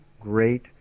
great